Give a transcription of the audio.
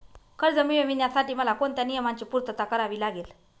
कर्ज मिळविण्यासाठी मला कोणत्या नियमांची पूर्तता करावी लागेल?